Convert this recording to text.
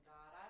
God